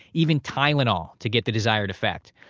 even tylenol to get the desired effect.